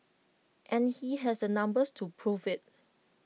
and he has the numbers to prove IT